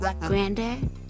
Granddad